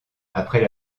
après